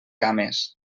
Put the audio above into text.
cames